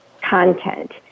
content